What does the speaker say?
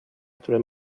które